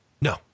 No